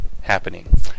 happening